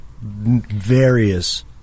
various